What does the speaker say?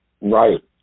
Right